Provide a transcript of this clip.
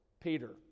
Peter